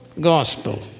gospel